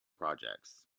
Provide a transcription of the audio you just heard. projects